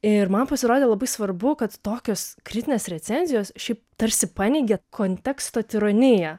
ir man pasirodė labai svarbu kad tokios kritinės recenzijos šiaip tarsi paneigia konteksto tironiją